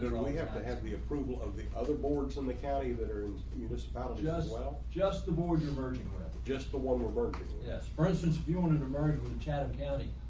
but we have to have the approval of the other boards in the county that are municipality as well. just the board you're merging with just the one we're working yes. for instance, viewing an emergent in chatham county,